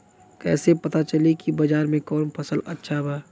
कैसे पता चली की बाजार में कवन फसल अच्छा बा?